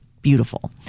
beautiful